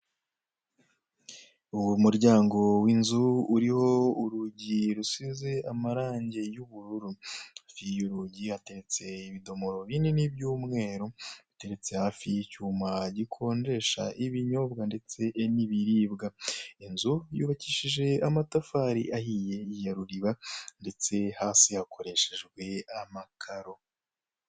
Umuryango w'inzu uriho urugi rusize amarange y'ubururu. Hirya y'urugi hateretse ibidomoro binini by'umweru biteretse hafi y'icyuma gikonjesha ibinyobwa ndetse n'ibiribwa. Inzu yubakishije amatafari ahiye ya ruriba ndetse hasi hakoreshejwe amakaro.